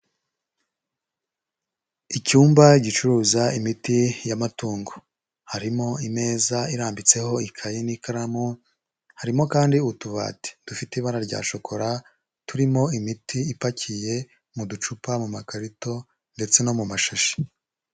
Icyumba gicuruza imiti y'amatungo harimo imeza irambitseho ikaye n'ikaramu, harimo kandi utubati dufite ibara rya shokora turimo imiti ipakiye mu ducupa mu makarito ndetse no mu mashashi.